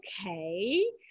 okay